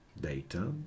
data